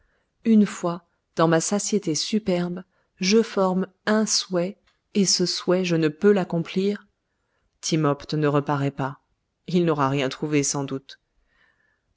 une fois dans ma satiété superbe je forme un souhait et ce souhait je ne peux l'accomplir timopht ne reparaît pas il n'aura rien trouvé sans doute